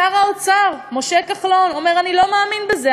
שר האוצר משה כחלון אומר: אני לא מאמין בזה,